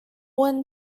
one